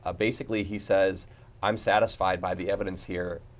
ah basically, he says i'm satisfied by the evidence here,